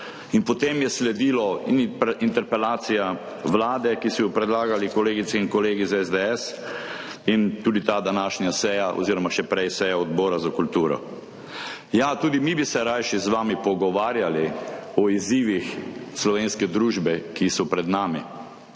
In potem je sledila interpelacija vlade, ki so jo predlagali kolegice in kolegi iz SDS, in tudi ta današnja seja oziroma še prej seja Odbora za kulturo. Ja, tudi mi bi se rajši z vami pogovarjali o izzivih slovenske družbe, ki so pred nami,